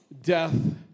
death